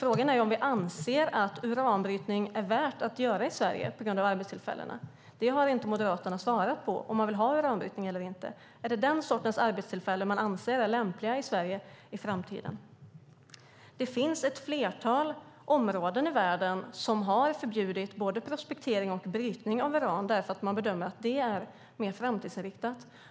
Frågan är om vi anser att det är värt att bryta uran i Sverige på grund av arbetstillfällena? Moderaterna har inte svarat på om man vill ha uranbrytning eller inte. Är det den sortens arbetstillfällen man anser är lämpliga i Sverige i framtiden? Det finns ett flertal områden i världen där man har förbjudit både prospektering och brytning av uran, eftersom man bedömer att det är mer framtidsinriktat.